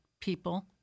people